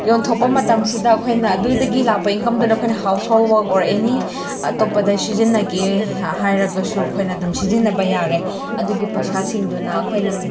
ꯌꯣꯟꯊꯣꯛꯄ ꯃꯇꯝꯁꯤꯗ ꯑꯩꯈꯣꯏꯅ ꯑꯗꯨꯗꯒꯤ ꯂꯥꯛꯄ ꯏꯟꯀꯝꯗꯨꯅ ꯑꯩꯈꯣꯏꯅ ꯍꯥꯎꯁꯍꯣꯜ ꯋꯥꯛ ꯑꯣꯔ ꯑꯦꯅꯤ ꯑꯇꯣꯞꯄꯗ ꯁꯤꯖꯤꯟꯅꯒꯦ ꯍꯥꯏꯔꯒꯁꯨ ꯑꯩꯈꯣꯏꯅ ꯑꯗꯨꯝ ꯁꯤꯖꯤꯟꯅꯕ ꯌꯥꯔꯦ ꯑꯗꯨꯒꯤ ꯄꯩꯁꯥꯁꯤꯡꯗꯨꯅ ꯑꯩꯈꯣꯏꯅ